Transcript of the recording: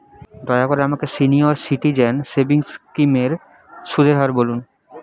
দয়া করে আমাকে সিনিয়র সিটিজেন সেভিংস স্কিমের সুদের হার বলুন